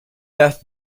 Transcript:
bath